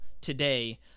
today